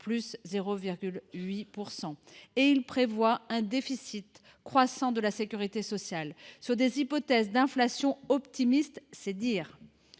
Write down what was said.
à 0,8 %. Il prévoit un déficit croissant de la sécurité sociale sur des hypothèses d’inflation optimistes ; c’est dire